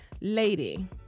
lady